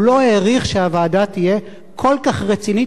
הוא לא העריך שהוועדה תהיה כל כך רצינית